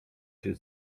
się